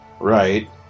right